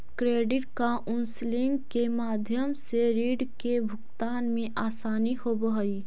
credit counselling के माध्यम से रीड के भुगतान में असानी होवऽ हई